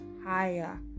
higher